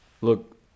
look